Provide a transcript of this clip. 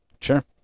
sure